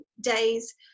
days